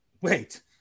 Wait